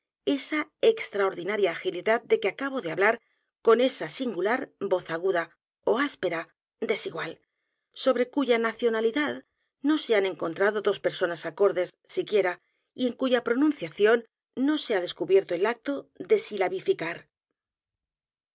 esa extraordinaria agilidad de que acabo de hablar con esa singular voz aguda ó áspera desigual sobre cuya nacionalidad no se han encontrado dos personas acordes siquiera y en cuya pronunciación no se ha descubierto el acto de silabificar